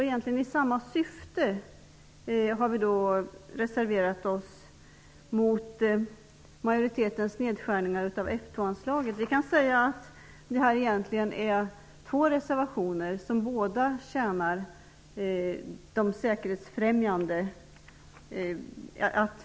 Egentligen i samma syfte har vi reserverat oss mot majoritetens förslag till nedskärningar av F 2 anslaget. Vi har egentligen två reservationer som båda främjar säkerheten.